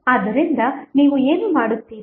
ಆದ್ದರಿಂದ ನೀವು ಏನು ಮಾಡುತ್ತೀರಿ